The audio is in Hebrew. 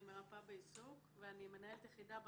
אני מרפאה בעיסוק ואני מנהלת את יחידת בת